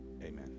Amen